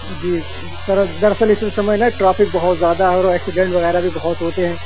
جی sir دراصل اس سمے نا ٹریفک بہت زیادہ اور ایکسیڈنٹ وغیرہ بھی بہت ہوتے ہیں